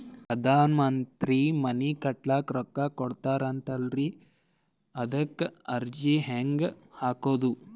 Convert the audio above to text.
ಪ್ರಧಾನ ಮಂತ್ರಿ ಮನಿ ಕಟ್ಲಿಕ ರೊಕ್ಕ ಕೊಟತಾರಂತಲ್ರಿ, ಅದಕ ಅರ್ಜಿ ಹೆಂಗ ಹಾಕದು?